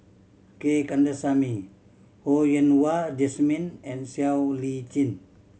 G Kandasamy Ho Yen Wah Jesmine and Siow Lee Chin